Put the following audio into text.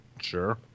Sure